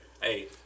Hey